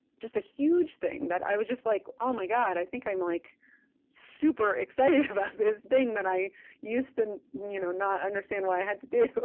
just a huge thing that i would just like, oh my god, i think i'm like super excited about this thing that i used to you know not understand what i had to do.